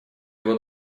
его